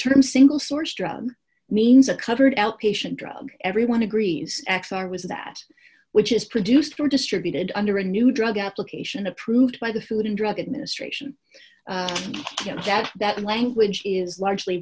term single source drum means a covered outpatient drug everyone agrees acts are was that which is produced were distributed under a new drug application approved by the food and drug administration can't get that language is largely